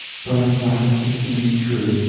but at last it seemed true,